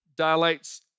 dilates